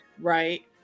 right